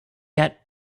yet